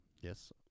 Yes